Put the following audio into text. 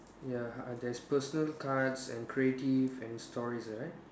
ya and there's personal cards and creative and stories uh right